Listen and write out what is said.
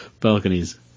balconies